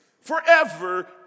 forever